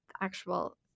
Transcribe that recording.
actual